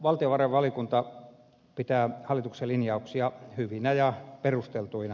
valtiovarainvaliokunta pitää hallituksen linjauksia hyvinä ja perusteltuina